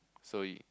so you